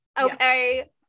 Okay